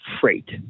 freight